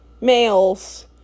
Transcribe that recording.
males